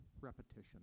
repetition